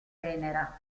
tenera